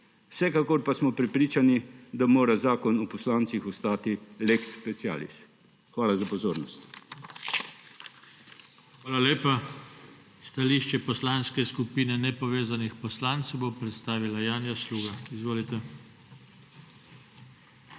Vsekakor pa smo prepričani, da mora Zakon o poslancih ostati lex specialis. Hvala za pozornost. PODPREDSEDNIK JOŽE TANKO: Hvala lepa. Stališče Poslanske skupine nepovezanih poslancev bo predstavila Janja Sluga. Izvolite. JANJA